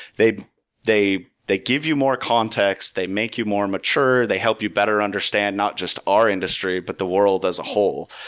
they they give you more context. they make you more mature. they help you better understand not just our industry, but the world as a whole.